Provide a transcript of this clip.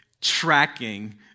tracking